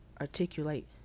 articulate